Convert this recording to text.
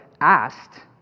asked